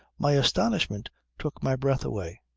my astonishment took my breath away.